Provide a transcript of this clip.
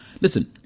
listen